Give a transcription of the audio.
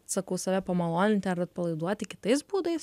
sakau save pamaloninti ar atpalaiduoti kitais būdais